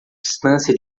distância